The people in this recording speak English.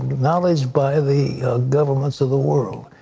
acknowledged by the governments of the world.